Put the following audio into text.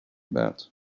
that